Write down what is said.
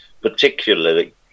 particularly